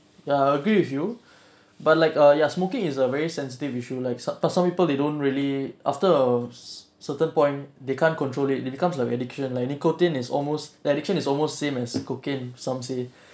ya I agree with you but like uh ya smoking is a very sensitive issue like some but some people they don't really after a certain point they can't control it it becomes like addiction like nicotine is almost addiction is almost same as cocaine some say